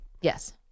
Yes